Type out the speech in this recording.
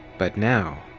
but now,